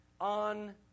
on